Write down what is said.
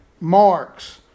marks